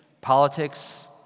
politics